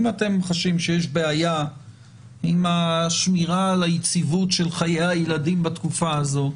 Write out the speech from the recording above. אם אתם חשים שיש בעיה עם השמירה על היציבות של חיי הילדים בתקופה הזו,